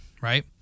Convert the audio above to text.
right